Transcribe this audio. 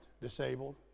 Disabled